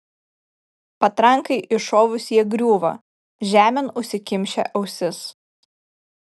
patrankai iššovus jie griūva žemėn užsikimšę ausis